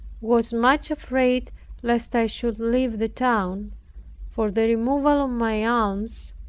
was much afraid lest i should leave the town for the removal of my alms,